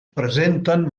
presenten